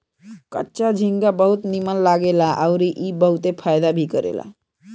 कच्चा झींगा बहुत नीमन लागेला अउरी ई बहुते फायदा भी करेला